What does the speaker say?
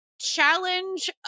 challenge